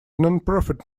nonprofit